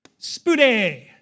Spude